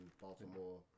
Baltimore